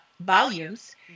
volumes